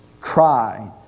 cry